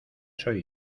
soy